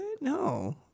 No